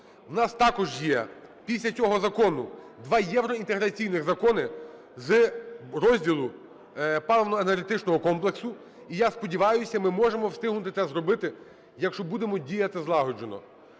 У нас також є після цього закону два євроінтеграційних закони з розділу паливно-енергетичного комплексу. І я сподіваюсь, ми можемо встигнути це зробити, якщо будемо діяти злагоджено.